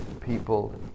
people